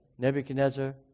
Nebuchadnezzar